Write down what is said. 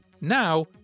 Now